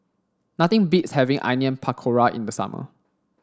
nothing beats having Onion Pakora in the summer